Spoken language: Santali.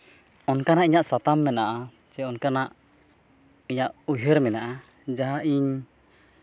ᱚᱱᱠᱟᱱᱟᱜ ᱤᱧᱟᱹᱜ ᱥᱟᱛᱟᱢ ᱢᱮᱱᱟᱜᱼᱟ ᱪᱮ ᱚᱱᱠᱟᱱᱟᱜ ᱤᱧᱟᱹᱜ ᱩᱭᱦᱟᱹᱨ ᱢᱮᱱᱟᱜᱼᱟ ᱡᱟᱦᱟᱸ ᱤᱧ